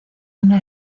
una